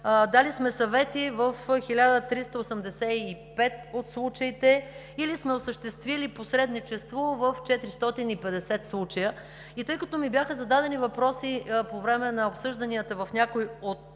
дали сме съвети в 1385 от случаите или сме осъществили посредничество в 450 случая. И тъй като ми бяха зададени въпроси по време на обсъжданията в някои от